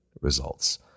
results